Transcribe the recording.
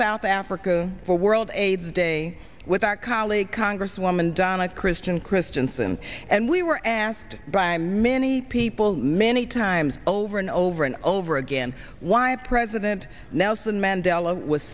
south africa for world aids day with our colleague congresswoman donna christian christianson and we were asked by many people many times over and over and over again why president nelson mandela was